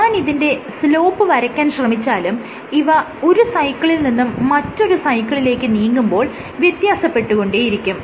ഞാൻ ഇതിന്റെ സ്ലോപ്പ് വരയ്ക്കാൻ ശ്രമിച്ചാലും അവ ഒരു സൈക്കിളിൽ നിന്നും മറ്റൊരു സൈക്കിളിലേക്ക് നീങ്ങുമ്പോൾ വ്യത്യാസപ്പെട്ടുകൊണ്ടേയിരിക്കും